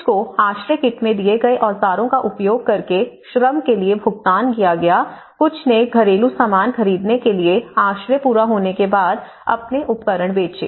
कुछ को आश्रय किट में दिए गए औजारों का उपयोग करके श्रम के लिए भुगतान किया गया कुछ ने घरेलू सामान खरीदने के लिए आश्रय पूरा होने के बाद अपने उपकरण बेचे